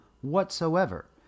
whatsoever